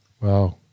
wow